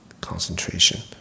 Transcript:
concentration